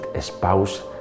spouse